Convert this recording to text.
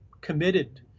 committed